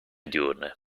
diurne